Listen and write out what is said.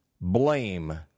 blame